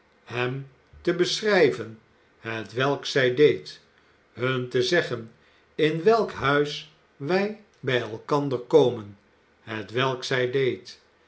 hem te beschrijven hetwelk zij deed hun te zeggen in welk huis wij bij elkander komen hetwelk zij deed